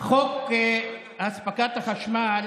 חוק הספקת החשמל,